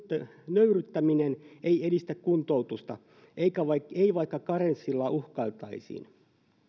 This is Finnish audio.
nöyryyttäminen ei edistä kuntoutusta ei vaikka karenssilla uhkailtaisiin